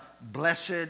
blessed